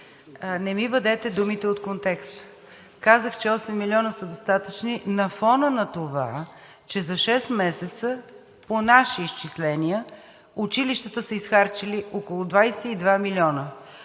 не ми вадете думите от контекста. Казах, че 8 милиона са достатъчни на фона на това, че за шест месеца, по наши изчисления, училищата са изхарчили около 22 милиона